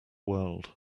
world